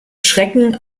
schrecken